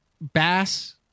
bass